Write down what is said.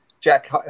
Jack